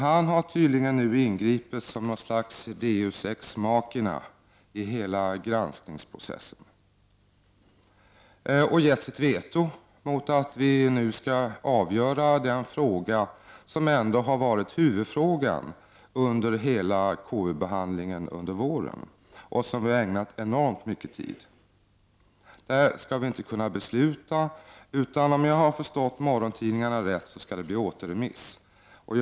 Han tycks ju ha ingripit som något slags deus ex machina i hela granskningsprocessen och inlagt sitt veto mot att vi nu skall avgöra den fråga som faktiskt varit huvudfrågan under hela KU-behandlingen under våren och som vi ägnat enormt mycket tid. I den frågan skall vi alltså inte kunna besluta. Om jag har förstått morgontidningarna rätt så skall ärendet återremitteras till utskottet.